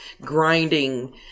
grinding